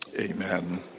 Amen